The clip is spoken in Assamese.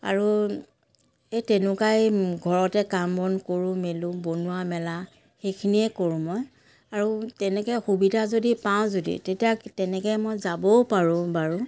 আৰু এই তেনেকুৱাই ঘৰতে কাম বন কৰোঁ মেলো বনোৱা মেলা সেইখিনিয়ে কৰোঁ মই আৰু তেনেকৈ সুবিধা যদি পাওঁ যদি তেতিয়া তেনেকৈ মই যাবও পাৰোঁ বাৰু